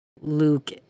Luke